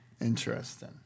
Interesting